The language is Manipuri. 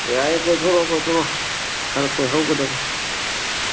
ꯌꯥꯏ ꯀꯣꯏꯊꯣꯔꯛꯎ ꯀꯣꯏꯊꯣꯔꯛꯎ ꯈꯔ ꯀꯣꯏꯍꯧꯒꯗꯕꯅꯤ